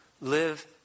Live